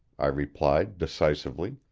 i replied decisively.